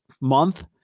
month